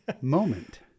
moment